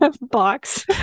box